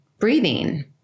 Breathing